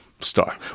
star